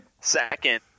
Second